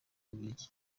bubiligi